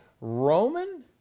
Roman